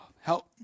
Help